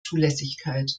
zulässigkeit